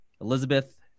Elizabeth